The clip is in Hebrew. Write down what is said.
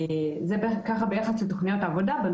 זה ביחס לתכניות עבודה.